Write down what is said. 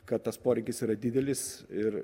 kad tas poreikis yra didelis ir